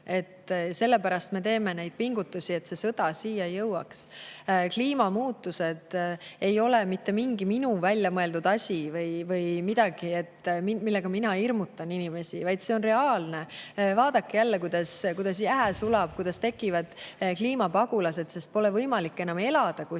Sellepärast me teeme pingutusi, et see sõda siia ei jõuaks. Kliimamuutused ei ole mitte mingi minu välja mõeldud asi või midagi, millega mina hirmutan inimesi, vaid see on reaalne. Jälle, vaadake, kuidas jää sulab, kuidas tekivad kliimapagulased, sest kuskil pole võimalik enam elada.